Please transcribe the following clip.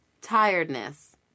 Tiredness